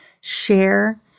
share